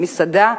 מסעדה?